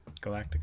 Galactica